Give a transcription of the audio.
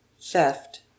THEFT